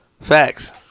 Facts